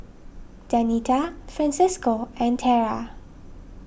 Danita Francesco and Tarah